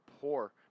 poor